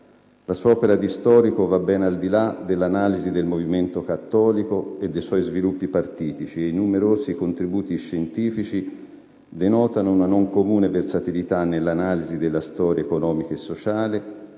La sua opera di storico va ben al di là dell'analisi del movimento cattolico e dei suoi sviluppi partitici e i numerosi contributi scientifici denotano una non comune versatilità nell'analisi della storia economica e sociale,